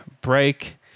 break